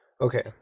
Okay